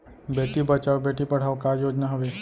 बेटी बचाओ बेटी पढ़ाओ का योजना हवे?